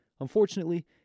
Unfortunately